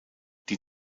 die